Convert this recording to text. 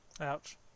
Ouch